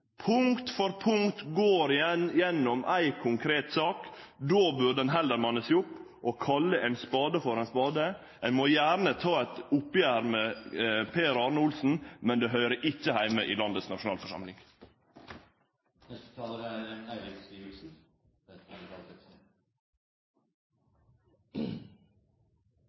Punkt for punkt går ein gjennom ei konkret sak. Då burde ein heller manne seg opp og kalle ein spade for ein spade. Ein må gjerne ta eit oppgjer med Per Arne Olsen, men det høyrer ikkje heime i landets nasjonalforsamling. Jeg er